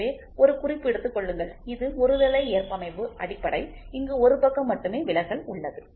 எனவே ஒரு குறிப்பு எடுத்து கொள்ளுங்கள் இது ஒருதலை ஏற்பமைவு அடிப்படை இங்கு ஒரு பக்கம் மட்டுமே விலகல் உள்ளது